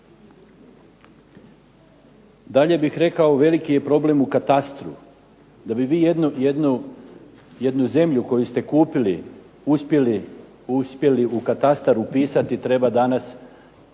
Dalje bih rekao veliki je problem u katastru. Da bi vi jednu zemlju koju ste kupili uspjeli u katastar upisati treba danas